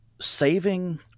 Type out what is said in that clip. saving